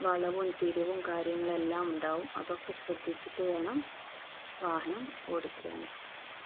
വളവും തിരിവും കാര്യങ്ങളെല്ലാം ഉണ്ടാവും അതൊക്കെ ശ്രദ്ധിച്ചിട്ടു വേണം വാഹനം ഓടിക്കാന്